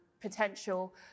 potential